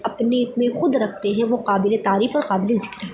اپنے اپنے خود رکھتے ہیں وہ قابل تعریف ہے قابل ذکر ہے